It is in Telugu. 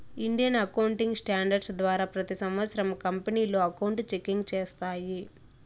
ఇండియన్ అకౌంటింగ్ స్టాండర్డ్స్ ద్వారా ప్రతి సంవత్సరం కంపెనీలు అకౌంట్ చెకింగ్ చేస్తాయి